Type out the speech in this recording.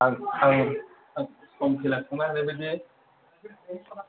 आं आं फर्म फिलाप खालामना हैनांगोन ने